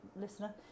listener